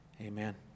Amen